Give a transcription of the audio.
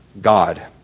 God